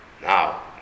Now